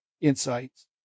Insights